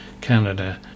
Canada